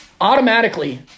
Automatically